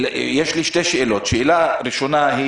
אני רוצה לשאול שתי שאלות: ראשית,